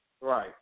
Right